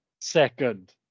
second